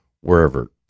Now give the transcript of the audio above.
wherever